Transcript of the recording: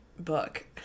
book